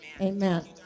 Amen